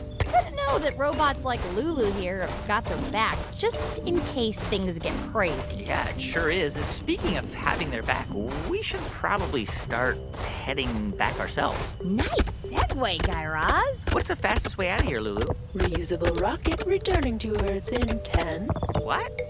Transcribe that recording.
it's good to know that robots like lulu here have got their back just in case things get crazy yeah, it sure is. speaking of having their back, we should probably start heading back ourselves nice segue, guy raz what's the fastest way out of here, lulu? reusable rocket returning to earth in ten. what.